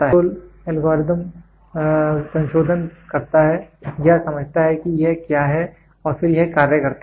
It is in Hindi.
कंट्रोल एल्गोरिथ्म संशोधन करता है या समझता है कि यह क्या है और फिर यह कार्य करता है